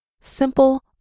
simple